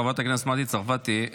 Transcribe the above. חברת הכנסת מטי צרפתי,